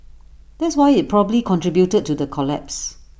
that's why IT probably contributed to the collapse